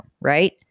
right